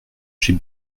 j’ai